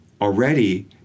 already